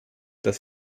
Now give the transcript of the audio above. das